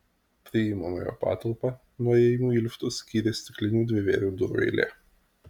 priimamojo patalpą nuo įėjimų į liftus skyrė stiklinių dvivėrių durų eilė